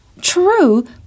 True